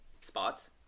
spots